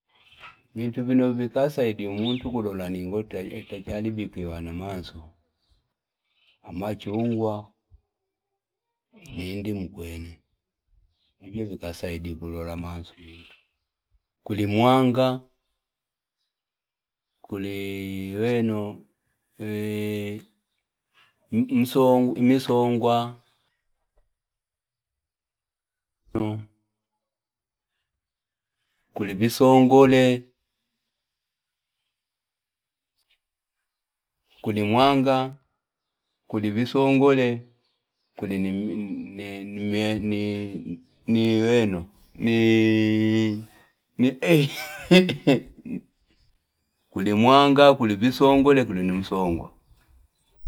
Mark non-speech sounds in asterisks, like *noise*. *noise* Mtu pini nyofika sayidi umutu kulo la ningote hacia libi kio ana manso. Hama chuunga. *noise* Nyingi mbukweni. Mtu pini nyofika sayidi kulo la manso. *noise* Kuli muanga. Kuliiii wenu. Kuliii mso- misongwa. kuli bisongole. kuli mwanga kuli visongole, kuli ni- ni- ni nivenu niiiiii eh, *laughs* kuli mwanga, kuli bisongole, kuli ni msoongo.